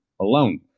alone